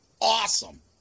awesome